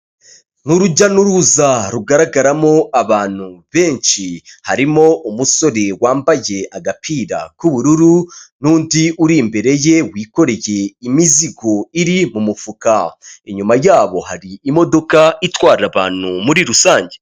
Ni urujya n'uruza rugaragaramo abantu benshi; harimo umusore wambaye agapira k'ubururu; n'undi uri imbere ye wikoreye imizigo iri mu mufuka; inyuma yabo hari imodoka itwara abantu muri rusange.